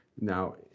Now